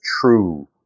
true